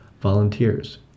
volunteers